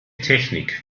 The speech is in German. technik